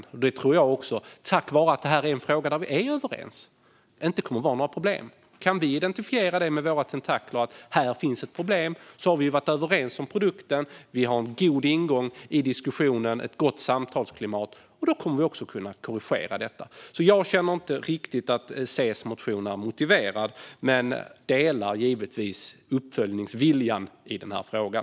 Det tror jag inte kommer att vara några problem, tack vare att detta är en fråga där vi är överens. Vi har ju varit överens om produkten, och kan vi då med våra tentakler identifiera att det finns ett problem har vi en god ingång i diskussionen och ett gott samtalsklimat. Då kommer vi också att kunna korrigera detta. Jag känner alltså inte riktigt att C:s motion är motiverad men delar givetvis uppföljningsviljan i den här frågan.